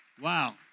Wow